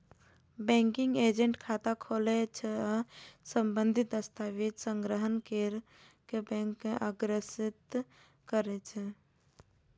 banking agent खाता खोलै छै आ संबंधित दस्तावेज संग्रह कैर कें बैंक के अग्रसारित करै छै